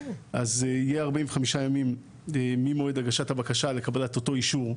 אז יהיו 45 ימים ממועד הגשת הבקשה לקבלת אותו אישור,